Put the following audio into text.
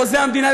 חוזה המדינה,